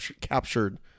captured